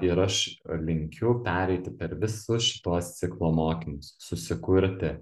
ir aš linkiu pereiti per visus šituos ciklo mokymus susikurti